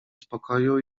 spokoju